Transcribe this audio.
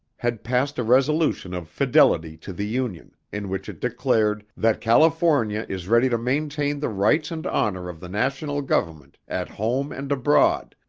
had passed a resolution of fidelity to the union, in which it declared that california is ready to maintain the rights and honor of the national government at home and abroad,